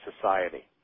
society